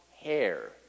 hair